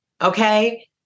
okay